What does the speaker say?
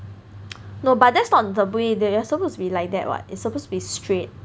no but that's not the way they are supposed to be like that what it's supposed to be straight